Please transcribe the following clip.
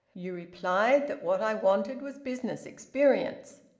you replied that what i wanted was business experience.